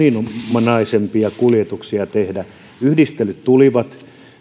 moninaisempia kuljetuksia tehdä yhdistelyt tulivat